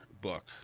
book